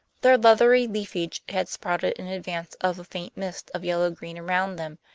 their leathery leafage had sprouted in advance of the faint mist of yellow-green around them,